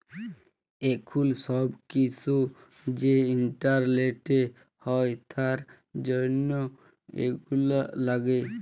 এখুল সব কিসু যে ইন্টারলেটে হ্যয় তার জনহ এগুলা লাগে